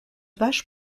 vaches